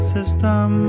system